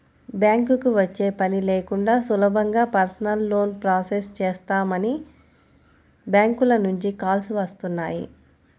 బ్యాంకుకి వచ్చే పని లేకుండా సులభంగా పర్సనల్ లోన్ ప్రాసెస్ చేస్తామని బ్యాంకుల నుంచి కాల్స్ వస్తున్నాయి